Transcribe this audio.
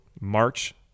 March